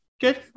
Good